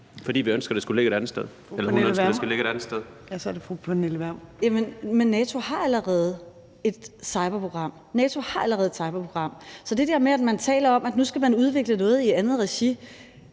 Torp): Så er det fru Pernille Vermund. Kl. 13:21 Pernille Vermund (NB): Jamen NATO har allerede et cyberprogram. NATO har allerede et cyberprogram. Så det der med, at man taler om, at nu skal man udvikle noget i andet regi,